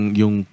yung